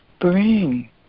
bring